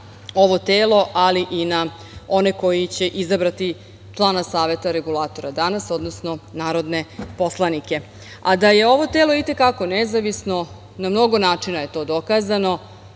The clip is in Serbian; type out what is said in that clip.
ovo telo, ali i na one koji će izabrati člana Saveta regulatora danas, odnosno narodne poslanike. Da je ovo telo i te kako nezavisno na mnogo načina je to dokazano,